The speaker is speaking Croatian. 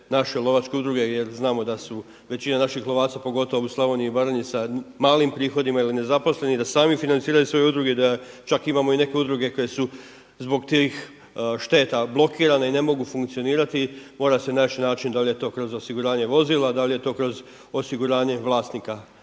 naše lovačke udruge jel znamo da su većina naših lovaca pogotovo u Slavoniji i Baranji sa malim prihodima ili nezaposleni i da sami financiraju svoje udruge i da čak imamo i neke udruge koje su zbog tih šteta blokirane i ne mogu funkcionirati, mora se naći način da li je to kroz osiguranje vozila, da li je to kroz osiguranje vlasnika